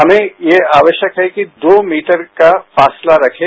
हमें यह आवस्यक है कि दो मीटर का फासला रखें